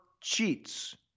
Cheats